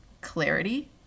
clarity